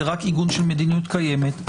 זה רק עיגון של מדיניות קיימת.